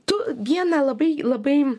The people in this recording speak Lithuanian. tu vieną labai labai